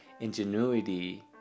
ingenuity